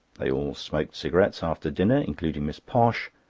they all smoked cigarettes after dinner, including miss posh,